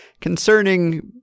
Concerning